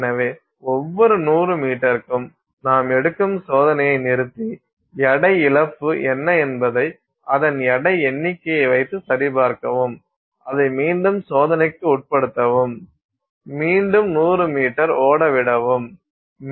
எனவே ஒவ்வொரு 100 மீட்டருக்கும் நாம் எடுக்கும் சோதனையை நிறுத்தி எடை இழப்பு என்ன என்பதை அதன் எடை எண்ணிக்கையை வைத்து சரிபார்க்கவும் அதை மீண்டும் சோதனைக்கு உட்படுத்தவும் மீண்டும் 100 மீட்டர் ஓட விடவும்